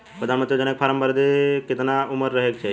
प्रधानमंत्री योजना के फॉर्म भरे बदे कितना उमर रहे के चाही?